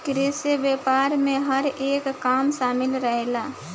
कृषि व्यापार में हर एक काम शामिल रहेला